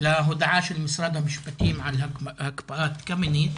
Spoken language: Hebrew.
להודעה של משרד המשפטים על הקפאת חוק קמיניץ,